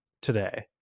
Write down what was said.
today